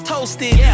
Toasted